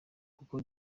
kuko